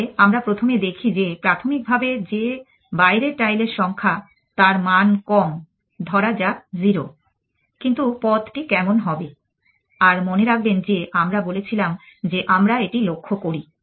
তাহলে আমরা প্রথমে দেখি যে প্রাথমিকভাবে যে বাইরের টাইলের সংখ্যা তার মান কম ধরা যাক 0 কিন্তু পথটি কেমন হবে আর মনে রাখবেন যে আমরা বলেছিলাম যে আমরা এটি লক্ষ্য করি